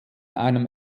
einem